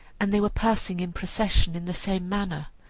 and they were passing in procession in the same manner.